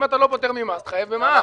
אם אתה לא פוטר ממס, תחייב במע"מ.